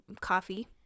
coffee